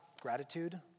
gratitude